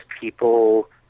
people